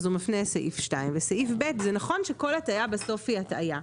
אז הוא מפנה לסעיף 2. וסעיף (ב) זה נכון שכל הטעיה בסוף היא הטעיה,